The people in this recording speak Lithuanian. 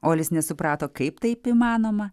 olis nesuprato kaip taip įmanoma